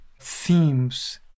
themes